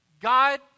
God